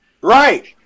Right